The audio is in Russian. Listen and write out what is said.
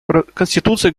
конституция